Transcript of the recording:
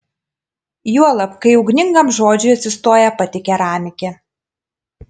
juolab kai ugningam žodžiui atsistoja pati keramikė